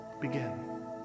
begin